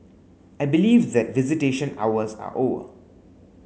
I believe that visitation hours are over